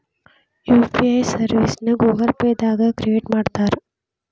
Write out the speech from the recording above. UPI ಸರ್ವಿಸ್ನ Google Pay ದಾಗ create ಮಾಡ್ತಾರಾ